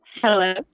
Hello